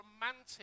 romantic